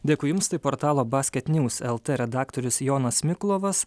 dėkui jums tai portalo basketnews lt redaktorius jonas miklovas